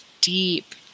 deep